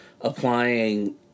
applying